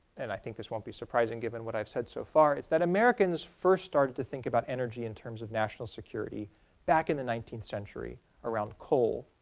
and i think this won't be surprising given what i've said so far it's that americans first started to think about energy in terms of national security back in the nineteenth century around coal,